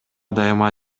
дайыма